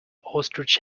ostrich